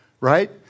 right